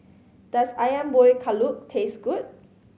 does Ayam Buah Keluak taste good